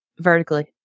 vertically